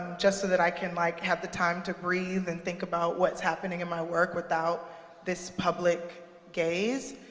just so that i can like have the time to breathe and think about what's happening in my work without this public gaze.